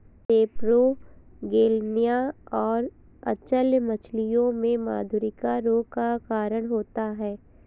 सेपरोगेलनिया और अचल्य मछलियों में मधुरिका रोग का कारण होता है